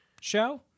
show